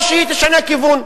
או שהיא תשנה כיוון.